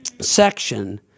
section